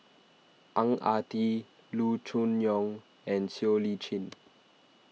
Ang Ah Tee Loo Choon Yong and Siow Lee Chin